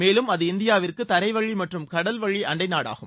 மேலும் அது இந்தியாவிற்கு தரைவழி மற்றும் கடல்வழி அண்டை நாடு ஆகும்